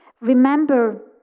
Remember